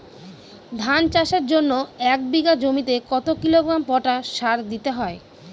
ধান চাষের জন্য এক বিঘা জমিতে কতো কিলোগ্রাম পটাশ সার দিতে হয়?